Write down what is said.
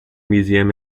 museum